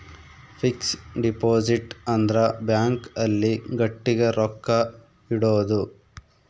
fix deposit ಅಂದ್ರ bank ಅಲ್ಲಿ ಗಟ್ಟಿಗ ರೊಕ್ಕ ಇಡೋದು